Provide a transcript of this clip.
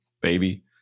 baby